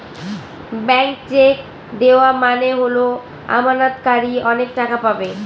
blank cheque দেওয়া মানে হল আমানতকারী অনেক টাকা পাবে